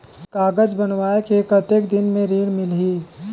कागज बनवाय के कतेक दिन मे ऋण मिलही?